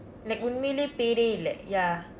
like உண்மையிலே பெயரே இல்ல:unmaiyilee peyaree illa ya